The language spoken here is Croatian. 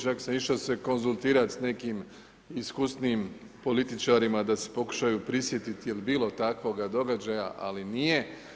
Čak sam išao se konzultirati s nekim iskusnijim političarima da se pokušaju prisjetiti je li bilo takvoga događaja ali nije.